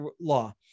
law